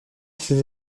ses